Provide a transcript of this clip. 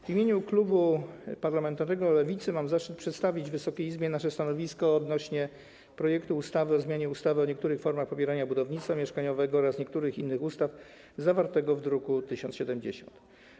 W imieniu klubu parlamentarnego Lewicy mam zaszczyt przedstawić Wysokiej Izbie nasze stanowisko wobec projektu ustawy o zmianie ustawy o niektórych formach popierania budownictwa mieszkaniowego oraz niektórych innych ustaw, zawartego w druku nr 1070.